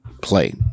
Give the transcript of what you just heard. play